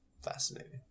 Fascinating